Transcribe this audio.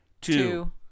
two